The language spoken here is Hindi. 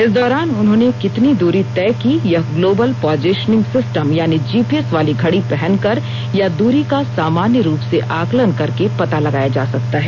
इस दौरान उन्होंने कितनी दूरी तय की यह ग्लोबल पोजिशनिंग सिस्टम यानी जीपीएस वाली घड़ी पहन कर या दूरी का सामान्य रूप से आकलन करके पता लगाया जा सकता है